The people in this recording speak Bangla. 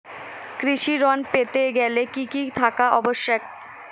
কৃষি ঋণ পেতে গেলে কি কি থাকা আবশ্যক?